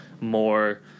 more